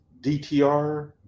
DTR